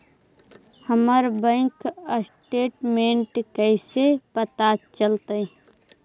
हमर bank statement कैसे पता चलतै?